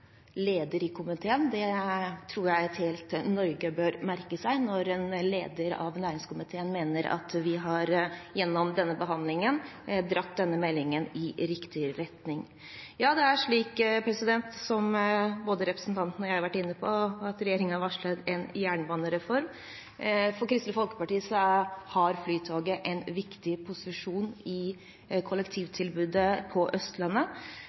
i komiteen. Dette tror jeg hele Norge bør merke seg, når en leder av næringskomiteen mener at vi gjennom denne behandlingen har dratt denne meldingen i riktig retning. Det er slik, som både representanten Pollestad og jeg har vært inne på, at regjeringen varsler en jernbanereform. For Kristelig Folkeparti har Flytoget en viktig posisjon i kollektivtilbudet på Østlandet.